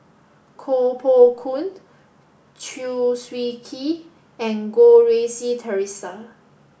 Koh Poh Koon Chew Swee Kee and Goh Rui Si Theresa